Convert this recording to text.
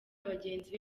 bagenzi